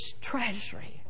treasury